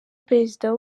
perezida